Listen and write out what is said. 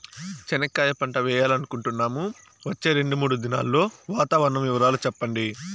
చెనక్కాయ పంట వేయాలనుకుంటున్నాము, వచ్చే రెండు, మూడు దినాల్లో వాతావరణం వివరాలు చెప్పండి?